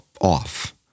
Off